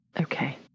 Okay